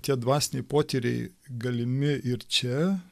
tie dvasiniai potyriai galimi ir čia